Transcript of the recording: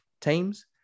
teams